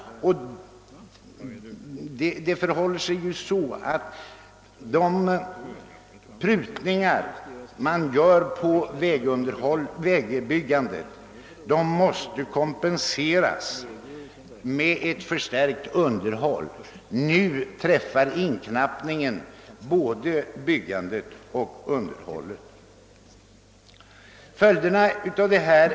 De prutningar man gör på vägbyggandet måste kompenseras med en förstärkning av underhållet. Nu drabbar inknappningen både byggandet och underhållet. Följderna härav är uppenbara.